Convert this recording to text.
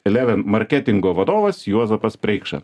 eleven marketingo vadovas juozapas preikša